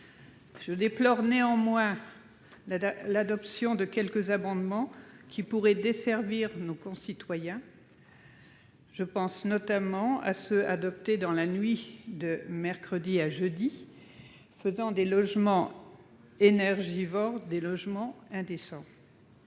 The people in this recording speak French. Je déplore néanmoins l'adoption de certaines dispositions qui pourraient desservir nos concitoyens. Je pense notamment aux amendements, adoptés dans la nuit de mercredi à jeudi, faisant des logements énergivores des logements indécents.